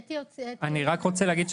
אני רק רוצה להגיד,